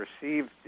received